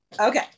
Okay